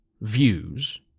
views